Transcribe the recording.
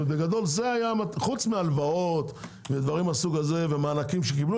חוץ מהלוואות ודברים מסוג זה ומדברים שקיבלו,